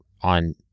on